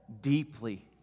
deeply